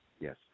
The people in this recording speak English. Yes